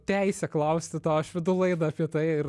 teisę klausti aš vedu laidą apie tai ir